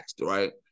right